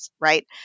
right